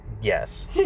Yes